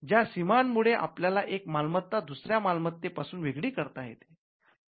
ज्या सीमा मुळे आपल्याला एक मालमत्ता दुसऱ्या मालमत्ते पासून वेगळी करता येते